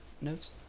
notes